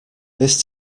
this